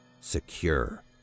Secure